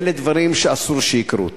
ואלה דברים שאסור שיקרו.